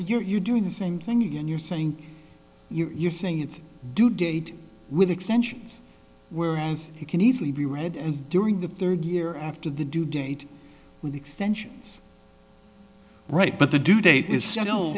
if you're doing the same thing again you're saying you're saying it's due date with extensions where and it can easily be read as during the third year after the due date the extensions right but the due date is set